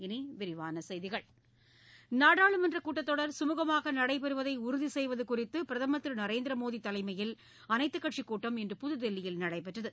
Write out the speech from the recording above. இனி விரிவான செய்திகள் நாடாளுமன்றக் கூட்டத் தொடர் சுமூகமாக நடைபெறுவதை உறுதி செய்வது குறித்து பிரதமர் திரு நரேந்திர மோடிதலைமையில் அனைத்துக் கட்சிக் கூட்டம் இன்று புதுதில்லியில் நடைபெற்றது